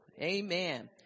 Amen